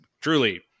truly